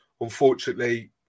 unfortunately